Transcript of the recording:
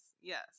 Yes